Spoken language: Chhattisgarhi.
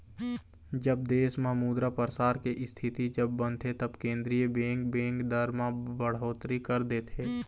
जब देश म मुद्रा परसार के इस्थिति जब बनथे तब केंद्रीय बेंक, बेंक दर म बड़होत्तरी कर देथे